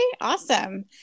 awesome